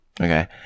Okay